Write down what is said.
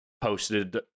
posted